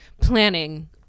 planning